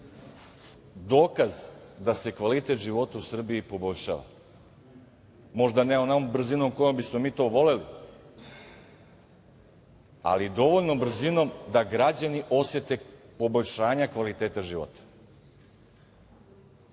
dokaz da se kvalitet života u Srbiji poboljšava, možda ne onom brzinom kojom bismo mi to voleli, ali dovoljnom brzinom da građani osete poboljšanje kvaliteta života,